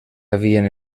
havien